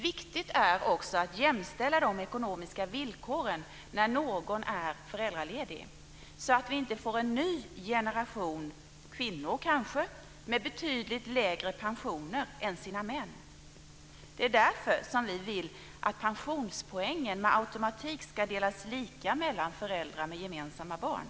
Viktigt är också att jämställa de ekonomiska villkoren när någon är föräldraledig så att vi inte får en ny generation kvinnor med betydligt lägre pensioner än sina män. Det är därför vi vill att pensionspoängen med automatik ska delas lika mellan föräldrar med gemensamma barn.